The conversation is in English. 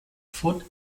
foot